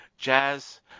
jazz